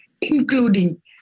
including